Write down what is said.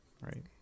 right